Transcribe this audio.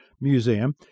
museum